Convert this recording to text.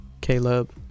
Caleb